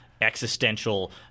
existential